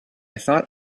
thought